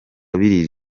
birira